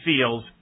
feels